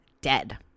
dead